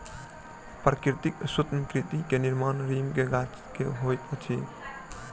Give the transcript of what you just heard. प्राकृतिक सूत्रकृमि के निर्माण नीम के गाछ से होइत अछि